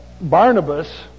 Barnabas